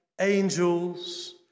angels